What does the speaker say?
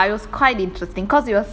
ya it was quite interesting because it was